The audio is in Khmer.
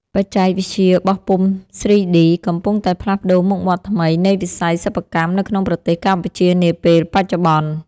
បច្ចេកវិទ្យាបោះពុម្ព 3D កំពុងតែផ្លាស់ប្តូរមុខមាត់ថ្មីនៃវិស័យសិប្បកម្មនៅក្នុងប្រទេសកម្ពុជានាពេលបច្ចុប្បន្ន។